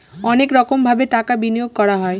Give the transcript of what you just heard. অনেক রকমভাবে টাকা বিনিয়োগ করা হয়